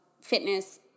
fitness